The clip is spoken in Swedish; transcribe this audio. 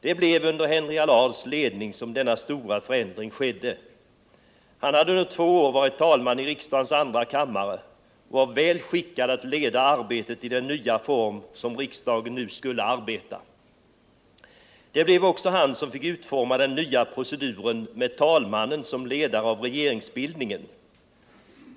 Det blev under Henry Allards ledning som denna stora förändring skedde. Han hade under två år varit talman i riksdagens andra kammare och var väl skickad att leda arbetet i den nya form som riksdagen nu skulle arbeta i. Det blev också han som fick utforma den nya proceduren med talmannen som ledare av regeringsbildningen.